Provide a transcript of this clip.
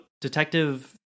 detective